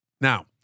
Now